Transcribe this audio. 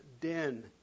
den